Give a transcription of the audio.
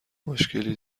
مشکی